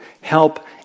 help